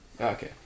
Okay